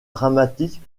dramatiques